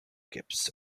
gibbs